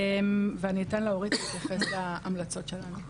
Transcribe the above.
אני אתן לאורית להתייחס להמלצות שלנו.